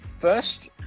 First